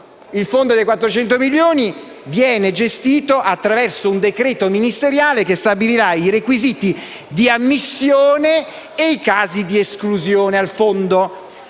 il fondo dei 400 milioni annui viene gestito attraverso un decreto ministeriale che stabilirà i requisiti di ammissione e i casi di esclusione dal fondo.